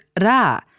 ra